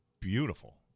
beautiful